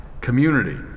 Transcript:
community